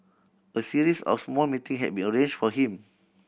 a series of small meeting had been arranged for him